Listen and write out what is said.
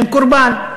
הם קורבן,